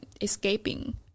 escaping